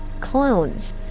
clones